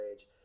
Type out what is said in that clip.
age